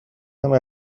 همه